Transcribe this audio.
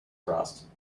crossed